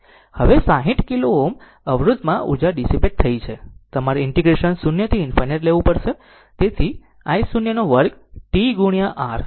હવે 60 કિલો Ω અવરોધમાં ઉર્જા ડીસીપેટ થઈ છે તમારે ઈન્ટીગ્રેશન 0 થી ∞ લેવું પડશે તેથી i 0 નો વર્ગ t ગુણ્યા R